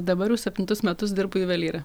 dabar jau septintus metus dirbu juvelyre